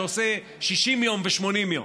שעושה 60 יום ו-80 יום,